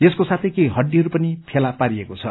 यसको साथै केही हड्डीहरू पनि फेला पारिएको छ